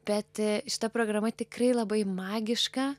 bet šita programa tikrai labai magiška